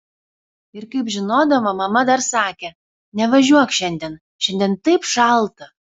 ir kaip žinodama mama dar sakė nevažiuok šiandien šiandien taip šalta